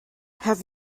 have